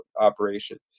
operation